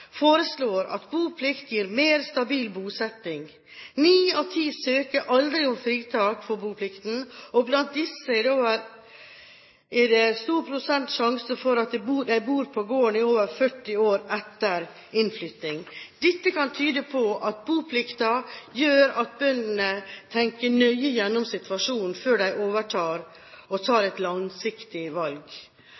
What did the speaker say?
at boplikt gir mer stabil bosetting. Ni av ti søker aldri om fritak fra boplikten, og blant disse er det stor prosent sjanse for at de bor på gården i over 40 år etter innflytting. Dette kan tyde på at boplikten gjør at bøndene tenker nøye gjennom situasjonen før de overtar og tar